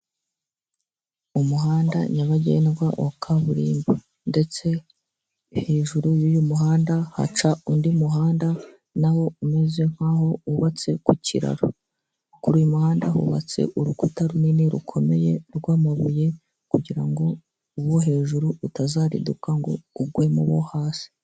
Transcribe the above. Umuhanda nyabagendwa wa kaburimbo ndetse hejuru y'uyu muhanda haca undi muhanda nawo umeze nkaho wubatse ku kiraro, kuri uyu umuhanda hubatse urukuta runini rukomeye rw'amabuye kugira ngo uwo hejuru utazariduka ngo ugwe mu wo hasi.